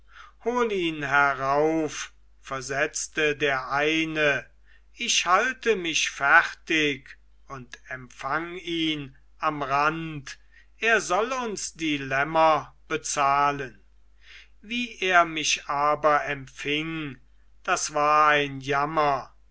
hol ihn herauf versetzte der eine ich halte mich fertig und empfang ihn am rand er soll uns die lämmer bezahlen wie er mich aber empfing das war ein jammer